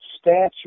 stature